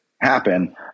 happen